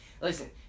Listen